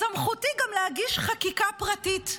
בסמכותי גם להגיש חקיקה פרטית.